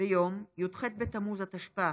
ביום י"ח בתמוז התשפ"א,